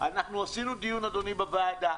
אנחנו עשינו, אדוני, בוועדה.